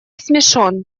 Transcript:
смешон